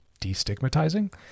destigmatizing